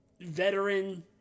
veteran